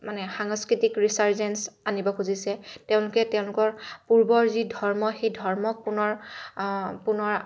মানে সাংস্কৃতিক ৰিছাৰ্জেঞ্চ আনিব খুজিছে তেওঁলোকে তেওঁলোকৰ পূৰ্বৰ যি ধৰ্ম সেই ধৰ্মক পুনৰ পুনৰ